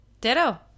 Ditto